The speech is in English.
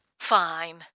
Fine